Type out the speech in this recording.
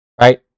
Right